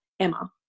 Emma